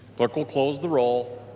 clerk will close the roll.